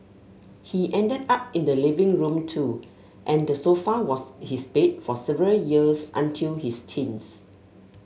he ended up in the living room too and the sofa was his bed for several years until his teens